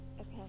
Okay